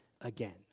again